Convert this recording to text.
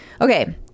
Okay